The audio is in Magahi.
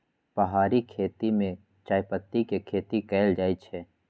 पहारि खेती में चायपत्ती के खेती कएल जाइ छै